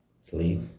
Sleep